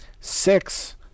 Six